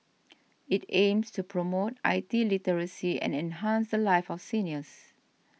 it aims to promote I T literacy and enhance the lives of seniors